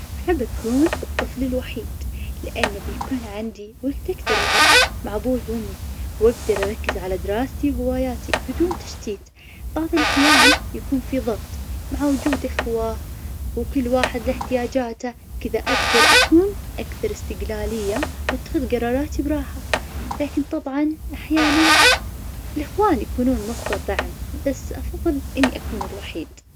احب اكون الطفل الوحيد, لأن بيكون عندي وقت اكثر مع ابوي وامي, واقدر اركز على دراستي رهواياتي, بدون تشتيت, بعض الأحيان يكون في ضغط مع وجود اخوة, وكل واحد له احتياجاته, كدا اقدر اكون أكثر استقلالية, واتخذ قراراتي براحة, لكن طبعاً أحياناً الاخوان يكونون مصدر دعم, بس أفضل إني أكون الوحيد.